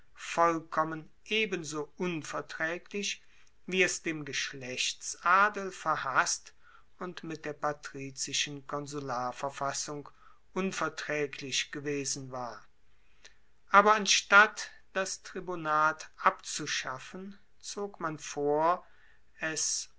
vollkommen ebenso unvertraeglich wie es dem geschlechtsadel verhasst und mit der patrizischen konsularverfassung unvertraeglich gewesen war aber anstatt das tribunat abzuschaffen zog man vor es